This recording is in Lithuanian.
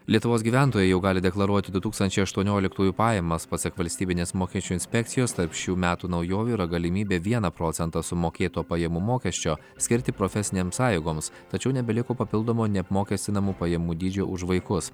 lietuvos gyventojai jau gali deklaruoti du tūkstančiai aštuonioliktųjų pajamas pasak valstybinės mokesčių inspekcijos tarp šių metų naujovių yra galimybė vieną procentą sumokėto pajamų mokesčio skirti profesinėms sąjungoms tačiau nebeliko papildomo neapmokestinamų pajamų dydžio už vaikus